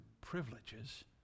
privileges